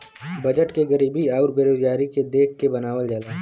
budget के गरीबी आउर बेरोजगारी के देख के बनावल जाला